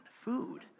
food